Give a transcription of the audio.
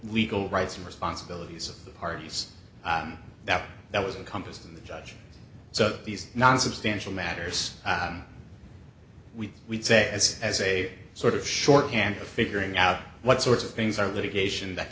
legal rights and responsibilities of the parties that that was a compass and the judge so these non substantial matters we say as as a sort of shorthand for figuring out what sorts of things are litigation that